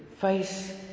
face